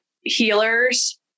healers